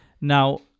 Now